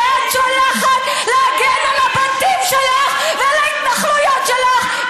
שאת שולחת להגן על הבתים שלך ועל ההתנחלויות שלך,